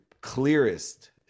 clearest